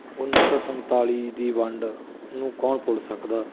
ਉੱਨੀ ਸੌ ਸੰਤਾਲੀ ਦੀ ਵੰਡ ਨੂੰ ਕੌਣ ਭੁੱਲ ਸਕਦਾ